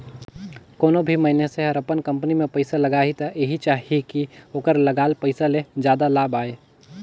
कोनों भी मइनसे हर अपन कंपनी में पइसा लगाही त एहि चाहही कि ओखर लगाल पइसा ले जादा लाभ आये